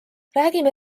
räägime